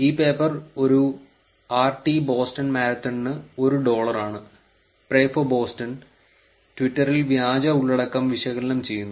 ഈ പേപ്പർ ഒരു RT Boston മാരത്തണിന് ഒരു ഡോളറാണ് പ്രേ ഫോർ ബോസ്റ്റൺ ട്വിറ്ററിൽ വ്യാജ ഉള്ളടക്കം വിശകലനം ചെയ്യുന്നു